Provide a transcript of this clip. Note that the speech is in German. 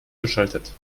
geschaltet